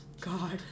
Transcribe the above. God